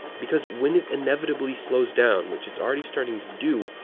because when it inevitably slows down, which it's already starting to do,